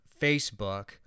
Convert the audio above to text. Facebook